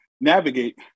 navigate